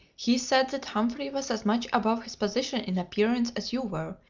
he said that humphrey was as much above his position in appearance as you were,